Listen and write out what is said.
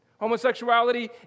Homosexuality